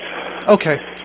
Okay